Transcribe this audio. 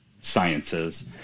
Sciences